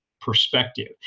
perspective